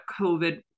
COVID